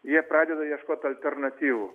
jie pradeda ieškot alternatyvų